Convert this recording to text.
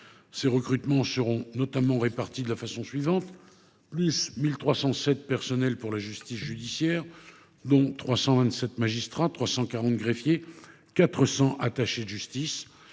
Ces recrutements seront notamment répartis de la façon suivante : 1 307 pour la justice judiciaire – dont 327 magistrats, 340 greffiers et 400 attachés de justice